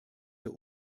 der